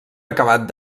acabat